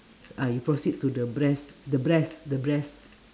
ah you proceed to the breast the breast the breast